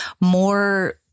more